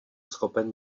schopen